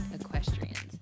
equestrians